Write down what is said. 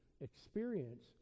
experience